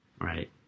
Right